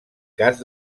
cas